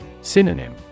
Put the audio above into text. Synonym